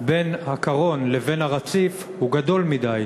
בין הקרון לבין הרציף הוא גדול מדי.